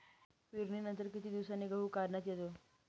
पेरणीनंतर किती दिवसांनी गहू काढण्यात येतो?